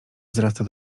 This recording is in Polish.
wzrasta